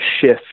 shift